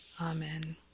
Amen